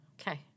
Okay